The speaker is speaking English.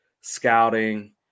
scouting